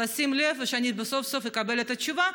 לשים לב שאני סוף-סוף אקבל את התשובה.